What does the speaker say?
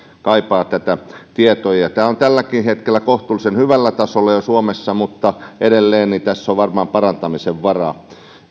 kaipaavat tätä tietoa tämä on jo tälläkin hetkellä kohtuullisen hyvällä tasolla suomessa mutta edelleen tässä on varmaan parantamisen varaa